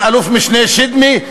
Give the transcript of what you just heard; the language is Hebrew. של אלוף-משנה שדמי,